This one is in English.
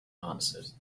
answered